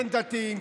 כן דתיים,